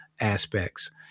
aspects